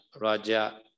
Raja